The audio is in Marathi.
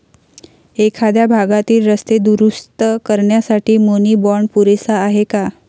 एखाद्या भागातील रस्ते दुरुस्त करण्यासाठी मुनी बाँड पुरेसा आहे का?